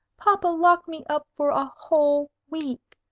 papa locked me up for a whole week,